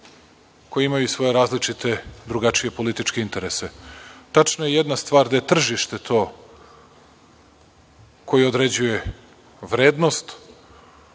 koje imaju svoje različite drugačije političke interese. Tačno je jedna stvar gde je tržište to koje određuje vrednost,